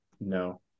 No